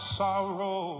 sorrow